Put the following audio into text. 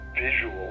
visual